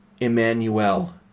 Emmanuel